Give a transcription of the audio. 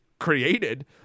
created